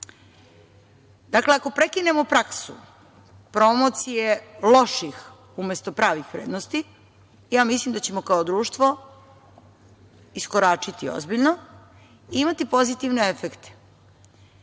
dug. Dakle, ako prekinemo praksu promocije loših, umesto pravih vrednosti, ja mislim da ćemo kao društvo iskoračiti ozbiljno i imati pozitivne efekte.